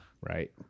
right